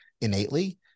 innately